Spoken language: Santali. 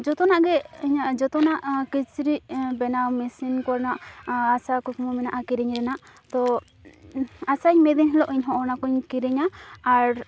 ᱡᱚᱛᱚᱱᱟᱜ ᱜᱮ ᱤᱧᱟᱹᱜ ᱡᱚᱛᱚᱱᱟᱜ ᱠᱤᱪᱨᱤᱡ ᱵᱮᱱᱟᱣ ᱢᱮᱥᱤᱱ ᱠᱚᱨᱮᱱᱟᱜ ᱟᱥᱟ ᱠᱩᱠᱢᱩ ᱢᱮᱱᱟᱜᱼᱟ ᱠᱤᱨᱤᱧ ᱨᱮᱱᱟᱜ ᱛᱚ ᱟᱥᱟᱭᱟᱹᱧ ᱢᱤᱫᱫᱤᱱ ᱦᱤᱞᱳᱜ ᱤᱧ ᱦᱚᱸ ᱚᱱᱟᱠᱚ ᱧ ᱠᱤᱨᱤᱧᱟ ᱟᱨ